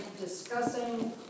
discussing